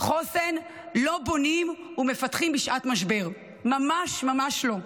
חוסן לא בונים ומפתחים בשעת משבר, ממש ממש לא.